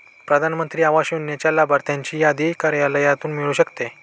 प्रधान मंत्री आवास योजनेच्या लाभार्थ्यांची यादी कार्यालयातून मिळू शकते